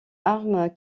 armes